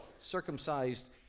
Circumcised